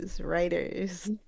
writers